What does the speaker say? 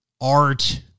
art